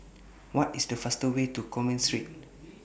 What IS The fastest Way to Commerce Street